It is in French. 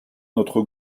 notre